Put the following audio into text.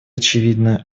очевидно